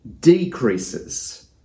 decreases